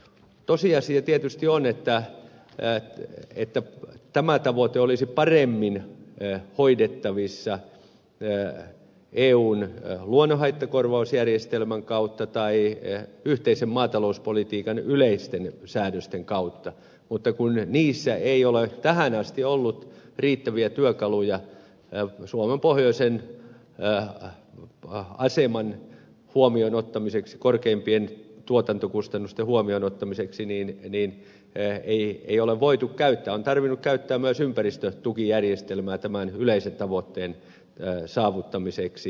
tosiasia tietysti on että tämä tavoite olisi paremmin hoidettavissa eun luonnonhaittakorvausjärjestelmän kautta tai yhteisen maatalouspolitiikan yleisten säädösten kautta mutta kun niissä ei ole tähän asti ollut riittäviä työkaluja suomen pohjoisen aseman eikä korkeimpien tuotantokustannusten huomioon ottamiseksi niin ei niitä ole voitu käyttää vaan on tarvinnut käyttää myös ympäristötukijärjestelmää tämän yleisen tavoitteen saavuttamiseksi